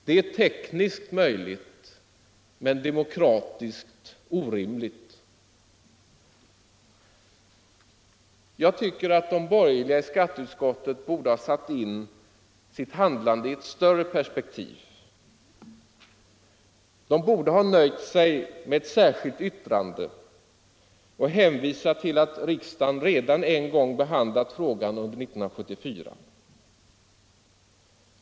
Det är tekniskt möjligt men demokratiskt orimligt. Jag tycker att de borgerliga i skatteutskottet borde ha satt in sitt handlande i ett större perspektiv. De borde ha nöjt sig med ett särskilt yttrande och hänvisat till att riksdagen redan en gång behandlat frågan under 1974.